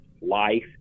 life